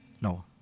No